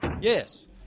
Yes